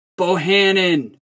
Bohannon